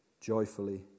joyfully